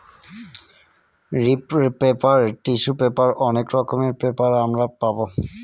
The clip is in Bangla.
রিপ্র পেপার, টিসু পেপার অনেক রকমের পেপার আমরা পাবো